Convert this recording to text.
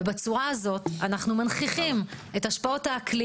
ובצורה הזאת אנחנו מנכיחים את השפעות האקלים